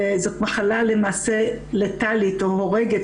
וזאת מחלה שלמעשה ליטרלי הורגת,